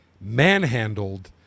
manhandled